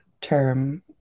term